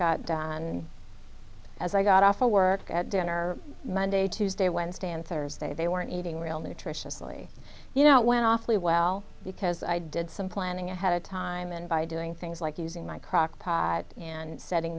got done as i got off work at dinner monday tuesday wednesday and thursday they weren't eating real nutritiously you know when awfully well because i did some planning ahead of time and by doing things like using my crockpot and setting